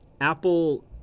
Apple